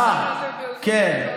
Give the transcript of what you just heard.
אה, כן.